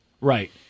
Right